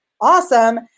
awesome